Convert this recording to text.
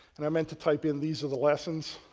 and i meant to type in these are the lessons